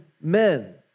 men